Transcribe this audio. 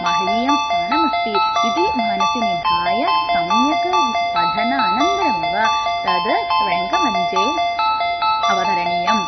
महनीयं स्थानमस्ति इति मनसि निधाय सम्यक् पठनम् अनन्तरमेव तत् रङ्कमञ्चे अवतरणीयम्